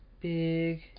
Big